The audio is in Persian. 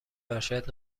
ارشد